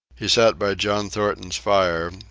he sat by john thornton's fire,